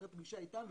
אחרי פגישה איתנו,